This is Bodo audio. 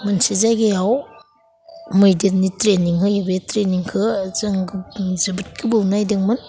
मोनसे जायगायाव मैदेरनि ट्रेनिं होयो बे ट्रेनिंखौ जों जोबोद गोबाव नायदोंमोन